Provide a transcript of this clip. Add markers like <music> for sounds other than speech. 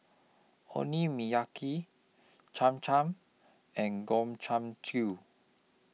<unintelligible> Cham Cham and Gobchang <unintelligible>